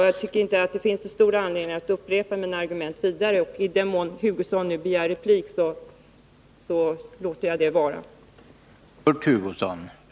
Jag tycker inte att det finns så stor anledning att upprepa de argument som jag tidigare har anfört och kommer därför inte att bemöta en eventuell ytterligare replik av Kurt Hugosson.